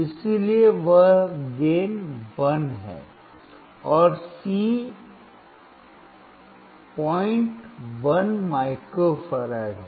इसलिए वह लाभ 1 है और C 01 माइक्रो फैराड है